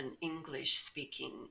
english-speaking